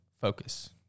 focus